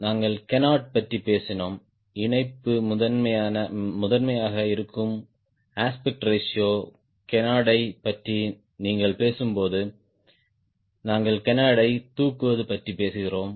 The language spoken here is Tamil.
நாங்கள் கேனார்ட் பற்றி பேசினோம் இணைப்பு முதன்மையாக இருக்கும் அஸ்பெக்ட் ரேஷியோ கேனார்டைப் பற்றி நீங்கள் பேசும்போது நாங்கள் கேனார்ட்டைத் தூக்குவது பற்றி பேசுகிறோம்